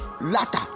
latter